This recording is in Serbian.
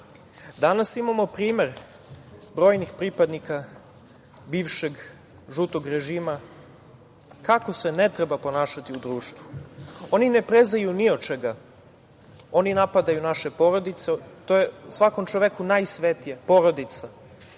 danas imamo primer brojnih pripadnika bivšeg žutog režima kako se ne treba ponašati u društvu. Oni ne prezaju ni od čega. Oni napadaju naše porodice, a to je svakom čoveku najsvetije – porodica.